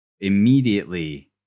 immediately